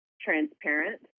transparent